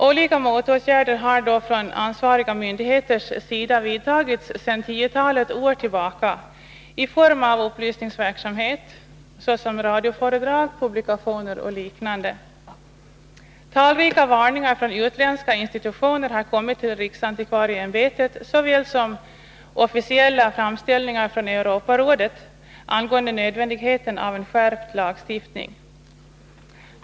Olika motåtgärder har från ansvariga myndigheters sida vidtagits sedan tiotals år tillbaka i form av upplysningsverksamhet genom radioföredrag, publikationer och liknande. Talrika varningar från utländska institutioner har kommit till riksantikvarieämbetet liksom officiella framställningar från Europarådet angående nödvändigheten av en skärpt lagstiftning.